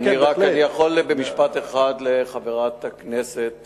אני יכול, במשפט אחד לחברת הכנסת